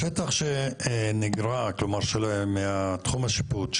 השטח שנגרע מתחום השיפוט,